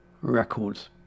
records